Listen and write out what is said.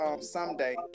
Someday